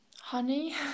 honey